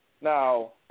Now